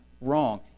wrong